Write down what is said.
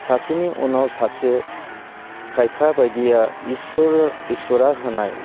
सासेनि उनाव सासे खायफा बायदिया इसोर इसोरा होनाय